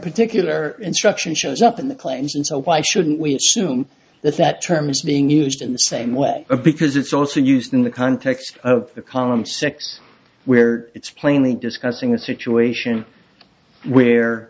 particular instruction shows up in the claims and so why shouldn't we assume that that term is being used in the same way because it's also used in the context of the column six where it's plainly discussing a situation where